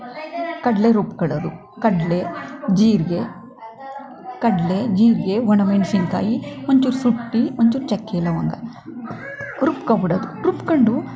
ಕಡಲೆ ರುಬ್ಕೊಳ್ಳೋದು ಕಡಲೆ ಜೀರಿಗೆ ಕಡಲೆ ಜೀರಿಗೆ ಒಣಮೆಣಸಿನಕಾಯಿ ಒಂಚೂರು ಸುಟ್ಟಿ ಒಂಚೂರು ಚಕ್ಕೆ ಲವಂಗ ರುಬ್ಕೊಂಡ್ಬಿಡೋದು ರುಬ್ಕೊಂಡು